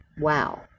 Wow